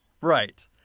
Right